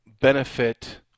benefit